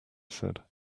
said